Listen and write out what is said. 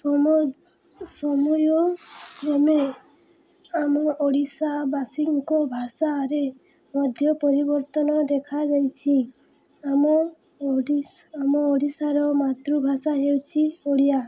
ସମୟ ସମୟ କ୍ରମେ ଆମ ଓଡ଼ିଶାବାସୀଙ୍କ ଭାଷାରେ ମଧ୍ୟ ପରିବର୍ତ୍ତନ ଦେଖାଯାଇଛି ଆମ ଓଡ଼ିଶା ଆମ ଓଡ଼ିଶାର ମାତୃଭାଷା ହେଉଛି ଓଡ଼ିଆ